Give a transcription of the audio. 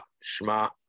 Shema